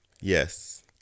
Yes